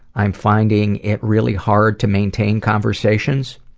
i'm finding it really hard to maintain conversations.